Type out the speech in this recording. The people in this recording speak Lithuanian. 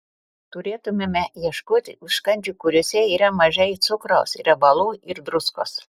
turėtumėme ieškoti užkandžių kuriuose yra mažai cukraus riebalų ir druskos